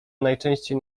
najczęściej